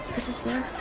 this is fleur.